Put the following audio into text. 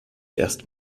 erst